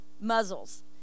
Muzzles